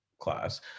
class